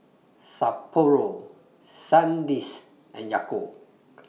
Sapporo Sandisk and Yakult